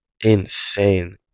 Insane